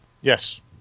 Yes